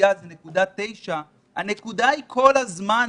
הנקודה היא כל הזמן,